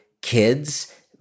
kids